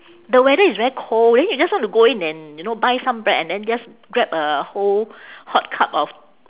the weather is very cold then you just want to go in and you know buy some bread and then just grab a whole hot cup of